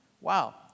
Wow